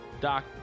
Doc